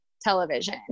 television